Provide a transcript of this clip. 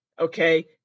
Okay